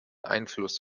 einfluss